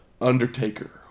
Undertaker